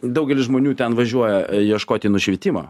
daugelis žmonių ten važiuoja ieškoti nušvitimo